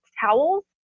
towels